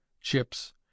chips